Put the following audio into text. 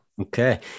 Okay